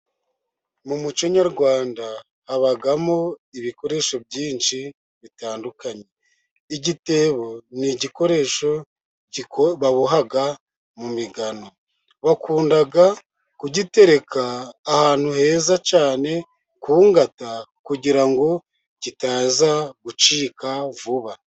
Mu muco nyarwanda habamo ibikoresho byinshi bitandukanye. Igitebo ni igikoresho baboha mu migano. Bakunda kugitereka ahantu heza cyane ku ngata, kugira ngo kitaza gucika vuba.